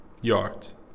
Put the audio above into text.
yards